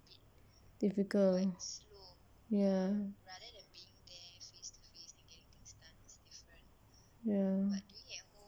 difficult ya ya